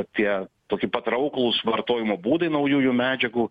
apie toki patrauklūs vartojimo būdai naujųjų medžiagų